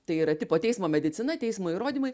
tai yra tipo teismo medicina teismo įrodymai